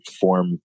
form